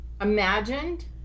imagined